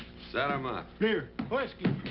set em up. beer. whiskey.